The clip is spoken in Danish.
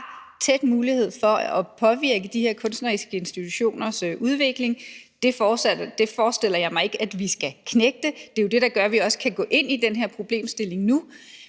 tæt adgang til at påvirke de her kunstneriske institutioners udvikling. Det forestiller jeg mig ikke at vi skal knægte. Det er jo det, der gør, at vi også kan gå ind i den her problemstilling nu.